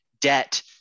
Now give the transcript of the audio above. debt